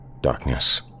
Darkness